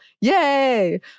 Yay